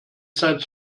zeit